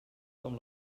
com